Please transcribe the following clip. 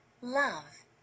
love